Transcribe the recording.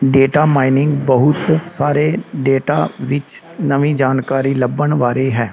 data mining ਬਹੁਤ ਸਾਰੇ data ਵਿੱਚ ਨਵੀਂ ਜਾਣਕਾਰੀ ਲੱਭਣ ਬਾਰੇ ਹੈ